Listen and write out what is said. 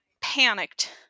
panicked